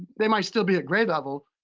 they might still be at grade level,